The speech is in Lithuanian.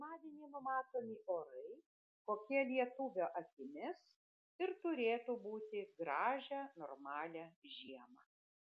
pirmadienį numatomi orai kokie lietuvio akimis ir turėtų būti gražią normalią žiemą